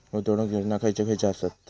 गुंतवणूक योजना खयचे खयचे आसत?